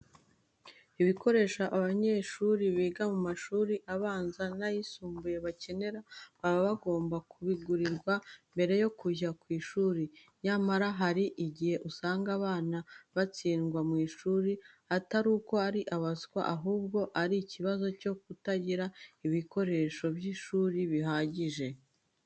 Ibikoresho abanyeshuri biga mu mashuri abanza n'ayisumbuye bakenera baba bagomba kubigurirwa mbere yo kujya ku ishuri. Nyamara, hari igihe usanga abana batsindwa mu ishuri atari uko ari abaswa, ahubwo ari ikibazo cyo kutagira ibikoresho by'ishuri bihagije.